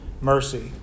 Mercy